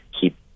keep